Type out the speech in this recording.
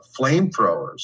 flamethrowers